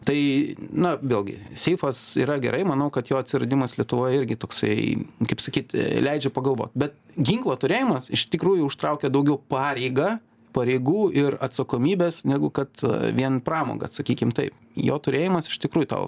tai na vėlgi seifas yra gerai manau kad jo atsiradimas lietuvoj irgi toksai kaip sakyt leidžia pagalvot bet ginklo turėjimas iš tikrųjų užtraukia daugiau pareigą pareigų ir atsakomybės negu kad vien pramogą sakykim taip jo turėjimas iš tikrųjų tau